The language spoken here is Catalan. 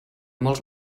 molts